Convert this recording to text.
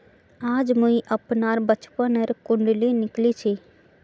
आज मुई अपनार बचपनोर कुण्डली निकली छी